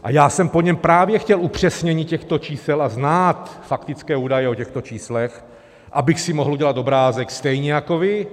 A já jsem po něm právě chtěl upřesnění těchto čísel a znát faktické údaje o těchto číslech, abych si mohl udělat obrázek stejně jako vy.